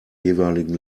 jeweiligen